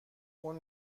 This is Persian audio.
اون